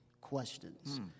questions